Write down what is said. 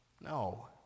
No